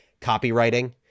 copywriting